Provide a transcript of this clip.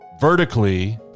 vertically